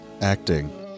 acting